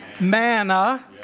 manna